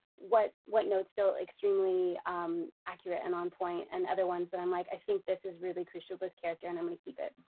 what what notes feel extremely accurate and on point and other ones that i'm like i think this is really crucial to this character and i'm gonna keep it.